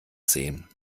sehen